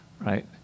right